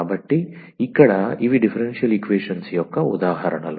కాబట్టి ఇక్కడ ఇవి డిఫరెన్షియల్ ఈక్వేషన్స్ యొక్క ఉదాహరణలు